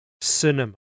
cinema